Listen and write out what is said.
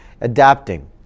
adapting